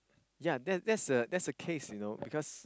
yea that that's the that's the case you know because